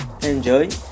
enjoy